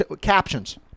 captions